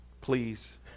please